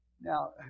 Now